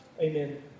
amen